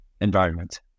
environment